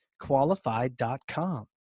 Qualified.com